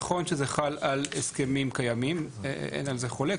נכון שזה חל על הסכמים קיימים, אין על זה חולק.